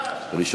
אבקסיס,